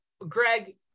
Greg